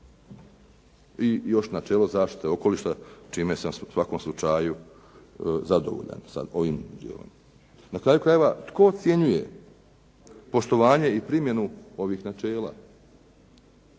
I još načelo zaštite okoliša čime sam u svakom slučaju zadovoljan sa ovim dijelom. Na kraju krajeva, tko ocjenjuje poštovanje i primjenu ovih načela?